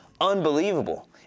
unbelievable